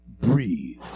breathe